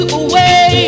away